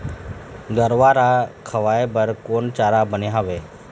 गरवा रा खवाए बर कोन चारा बने हावे?